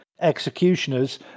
executioners